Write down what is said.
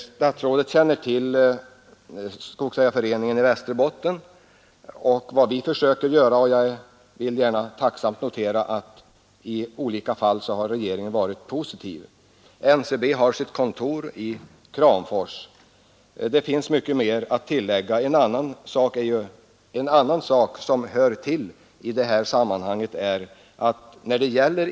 Statsrådet känner till vad skogsägareföreningen i Västerbotten försöker göra på sågverksområdet och i inlandet. Jag vill gärna tacksamt notera att regeringen i olika fall har varit positivt inställd till dessa frågor. NCB:s huvudkontor är beläget i Kramfors; ett exempel på decentraliserad företagsledning. Det finns mycket mer att tillägga.